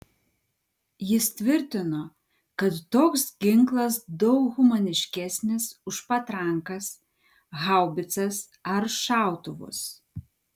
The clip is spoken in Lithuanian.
jis tvirtino kad toks ginklas daug humaniškesnis už patrankas haubicas ar šautuvus